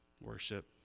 worship